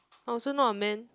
I also not a man